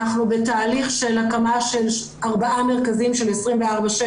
אנחנו בתהליך של הקמה של ארבעה מרכזים של 24/7,